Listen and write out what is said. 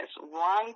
one